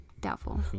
doubtful